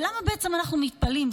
למה בעצם אנחנו מתפלאים?